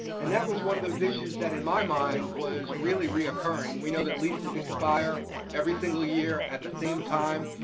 and that was one of those issues that in my mind was really reoccuring. we know that leases expire every single year at the same time,